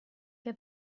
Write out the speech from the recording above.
che